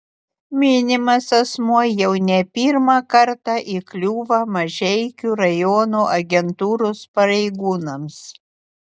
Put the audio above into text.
minimas asmuo jau ne pirmą kartą įkliūva mažeikių rajono agentūros pareigūnams